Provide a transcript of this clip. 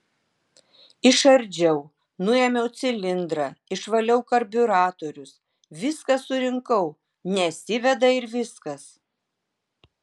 išardžiau nuėmiau cilindrą išvaliau karbiuratorius viską surinkau nesiveda ir viskas